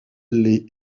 les